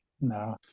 No